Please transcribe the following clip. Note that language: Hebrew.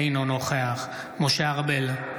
אינו נוכח משה ארבל,